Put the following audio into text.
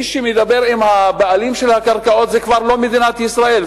מי שמדבר עם הבעלים של הקרקעות זה כבר לא מדינת ישראל,